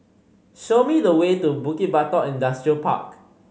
show me the way to Bukit Batok Industrial Park